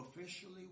officially